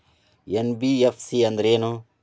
NBFC ಅಂದ್ರೇನು?